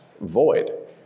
void